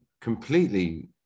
completely